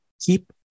keep